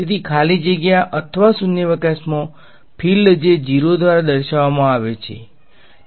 તેથી ખાલી જગ્યા અથવા શૂન્યાવકાશના ફીલ્ડ ને 0 દ્વારા દર્શાવવામાં આવે હેઠળ સ્ક્રિપ્ટ અધિકાર દ્વારા દર્શાવવામાં આવે છે